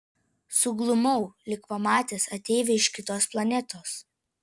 suglumau lyg pamatęs ateivį iš kitos planetos